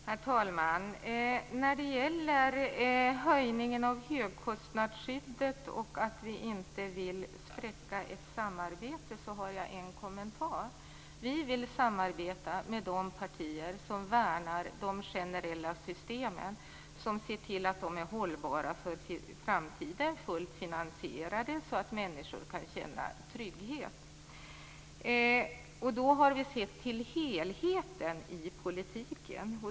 Herr talman! När det gäller höjningen av högkostnadsskyddet och att vi inte vill spräcka ett samarbete har jag en kommentar. Vi vill samarbeta med de partier som värnar de generella systemen och som ser till att de är hållbara för framtiden och fullt finansierade, så att människor kan känna trygghet. Vi har sett till helheten i politiken.